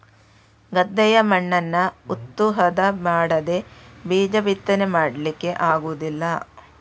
ಗದ್ದೆಯ ಮಣ್ಣನ್ನ ಉತ್ತು ಹದ ಮಾಡದೇ ಬೀಜ ಬಿತ್ತನೆ ಮಾಡ್ಲಿಕ್ಕೆ ಆಗುದಿಲ್ಲ